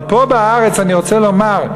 אבל פה בארץ, אני רוצה לומר: